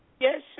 Yes